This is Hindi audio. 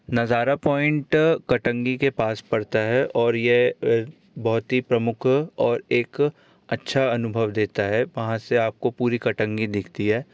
नज़ारा पॉइंट कटंगी के पास पड़ता है और ये बहुत ही प्रमुख और एक अच्छा अनुभव देता है वहाँ से आपको पूरी कटंगी दिखती है